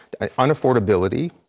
unaffordability